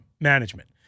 management